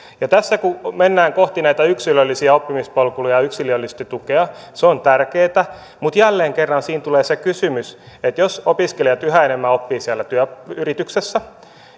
tässä kun mennään kohti näitä yksilöllisiä oppimispolkuja ja yksilöllistä tukea se on tärkeätä mutta jälleen kerran siinä tulee se kysymys että jos opiskelijat yhä enemmän oppivat siellä yrityksessä